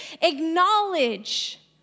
acknowledge